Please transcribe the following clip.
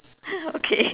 okay